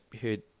heard